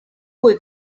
cui